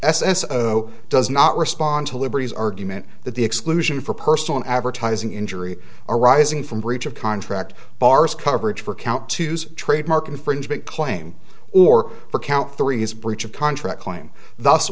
no does not respond to liberties argument that the exclusion for personal advertising injury arising from breach of contract bars coverage for count to use trademark infringement claim or for count three is breach of contract claim